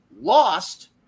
lost